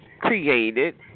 created